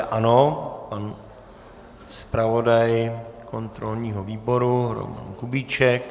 Ano, pan zpravodaj kontrolního výboru Kubíček.